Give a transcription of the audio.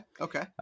Okay